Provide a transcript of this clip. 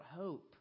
hope